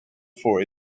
for